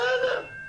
בסדר,